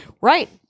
Right